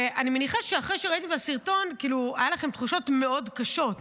אני מניחה שאחרי שראיתם את הסרטון היו לכם תחושות מאוד קשות,